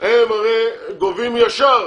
הם הרי גובים ישר,